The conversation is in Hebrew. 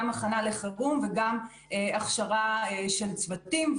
גם הכנה לחירום וגם הכשרה של צוותים.